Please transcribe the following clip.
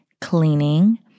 cleaning